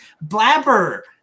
Blabber